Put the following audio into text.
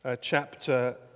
chapter